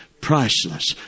priceless